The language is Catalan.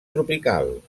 tropical